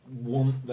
want